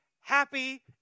happy